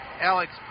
Alex